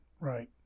Right